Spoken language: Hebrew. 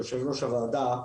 יושב-ראש הוועדה,